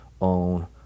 own